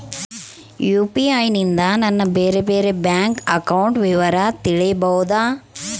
UPI ನಿಂದ ನನ್ನ ಬೇರೆ ಬೇರೆ ಬ್ಯಾಂಕ್ ಅಕೌಂಟ್ ವಿವರ ತಿಳೇಬೋದ?